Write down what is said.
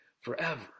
forever